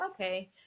okay